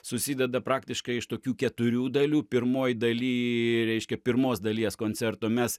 susideda praktiškai iš tokių keturių dalių pirmoj daly reiškia pirmos dalies koncerto mes